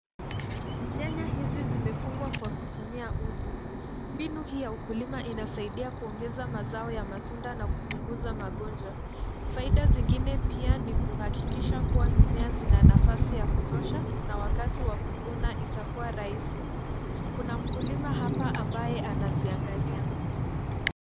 Nyanya hizi zimefungwa kwa kutumia uzi. Mbinu hii ya ukulima inasaidia kuongeza mazao ya matunda na kupunguza magonjwa, faida zingine pia ni kuhakikisha kuwa mimea zina nafasi ya kutosha na wakati wa kuvuna itakuwa rahisi. Kuna mkulima hapa amabaye anaziangalia.